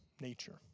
nature